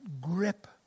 grip